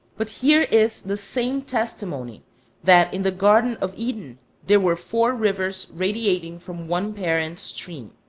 but here is the same testimony that in the garden of eden there were four rivers radiating from one parent stream.